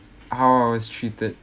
how I was treated